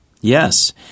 Yes